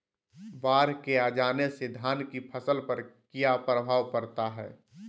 बाढ़ के आ जाने से धान की फसल पर किया प्रभाव पड़ता है?